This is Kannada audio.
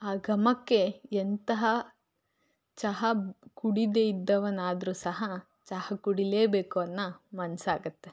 ಆ ಘಮಕ್ಕೆ ಎಂತಹ ಚಹಾ ಕುಡಿದೇ ಇದ್ದವನಾದರೂ ಸಹ ಚಹಾ ಕುಡಿಲೇಬೇಕು ಅನ್ನೋ ಮನಸ್ಸಾಗತ್ತೆ